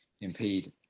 impede